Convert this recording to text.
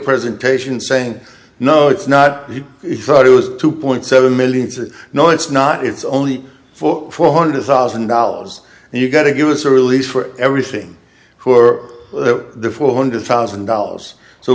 presentation saying no it's not if it was two point seven million says no it's not it's only for four hundred thousand dollars and you got to give us a release for everything for the four hundred thousand dollars so